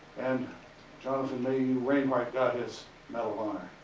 and jonathan mayhew wainwright got his medal ah